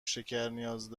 شکرنیاز